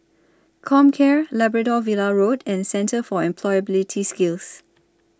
Comcare Labrador Villa Road and Centre For Employability Skills